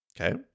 Okay